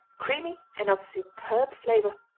creamy and of superb flavor.